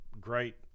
great